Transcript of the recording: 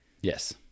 Yes